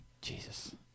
Jesus